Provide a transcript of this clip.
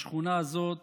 בשכונה הזאת